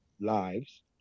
lives